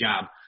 job